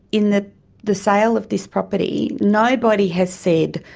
in the the sale of this property nobody has said,